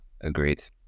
Agreed